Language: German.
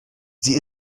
sie